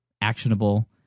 actionable